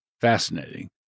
fascinating